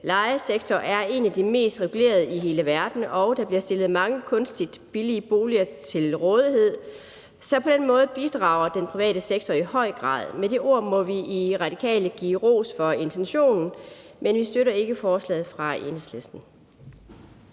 lejesektor er en af de mest regulerede i hele verden og der bliver stillet mange kunstigt billige boliger til rådighed. Så på den måde bidrager den private sektor i høj grad. Med de ord må vi i Radikale give ros for intentionen, men vi støtter ikke forslaget fra Enhedslisten.